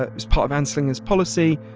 ah as part of anslinger's policy,